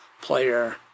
player